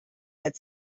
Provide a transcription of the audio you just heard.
had